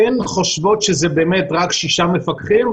אתן חושבות שזה באמת רק שישה מפקחים?